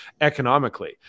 economically